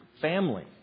family